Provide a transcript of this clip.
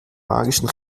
magischen